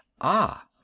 Ah